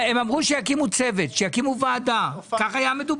הם אמרו שהם יקימו ועדה; איפה היא?